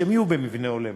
שהם יהיו במבנה הולם.